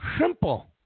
Simple